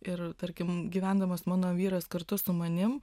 ir tarkim gyvendamas mano vyras kartu su manim